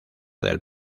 del